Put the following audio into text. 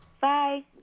Bye